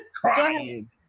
crying